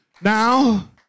Now